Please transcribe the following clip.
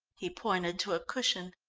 he pointed to a cushion.